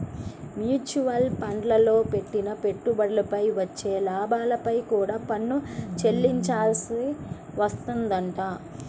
mutual ఫండ్లల్లో పెట్టిన పెట్టుబడిపై వచ్చే లాభాలపై కూడా పన్ను చెల్లించాల్సి వత్తదంట